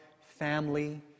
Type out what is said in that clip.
family